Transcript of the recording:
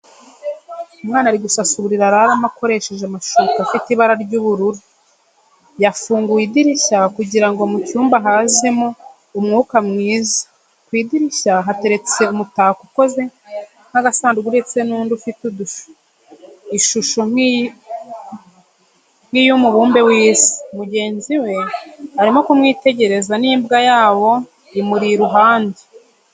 Umwana ari gusasa uburiri araramo akoresheje amashuka afite ibara ry'ubururu, yafunguye idirisha kugirango mu cyumba hazemo umwuka mwiza, ku idirishya hateretse umutako ukoze nk'agasanduku ndetse n'undi ufite ishusho nk'iy'umubumbe w'isi, mugenzi we arimo kumwitegereza, n'imbwa yabo umuri iruhande.